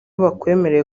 bakwemereye